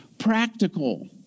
practical